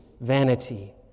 vanity